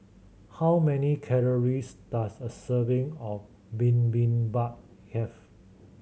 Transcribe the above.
how many calories does a serving of Bibimbap have